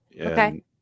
Okay